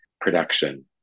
production